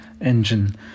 engine